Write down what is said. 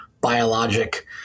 biologic